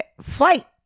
flight